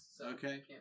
Okay